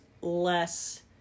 less